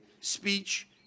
Speech